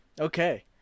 Okay